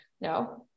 No